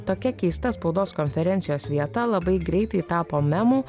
tokia keista spaudos konferencijos vieta labai greitai tapo memų